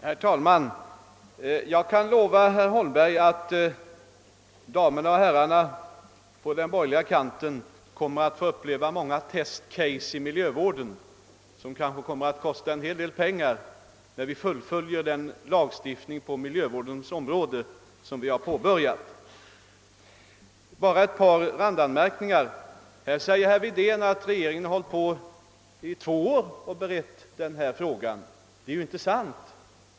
Herr talman! Jag kan lova herr Holmberg att damerna och herrarna på den borgerliga kanten kommer att få uppleva många test cases i miljövården, som kanske kostar en del pengar, när vi fullföljer den lagstiftning på miljövårdens område som vi har påbörjat. Så bara ett par randanmärkningar! Herr Wedén säger att regeringen berett denna fråga i två år. Det är ju inte sant.